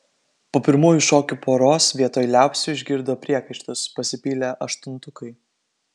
po pirmųjų šokių poros vietoj liaupsių išgirdo priekaištus pasipylė aštuntukai